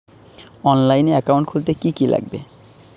অনলাইনে একাউন্ট খুলতে কি কি লাগবে?